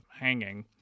hanging